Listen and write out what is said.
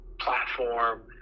platform